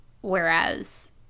whereas